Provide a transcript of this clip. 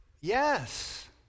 Yes